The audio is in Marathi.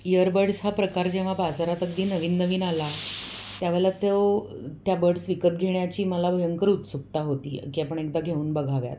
इयरबड्स हा प्रकार जेव्हा बाजारात अगदी नवीन नवीन आला त्यावेलेला तो त्या बड्स विकत घेण्याची मला भयंकर उत्सुकता होती की आपण एकदा घेऊन बघाव्यात